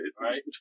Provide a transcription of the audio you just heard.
Right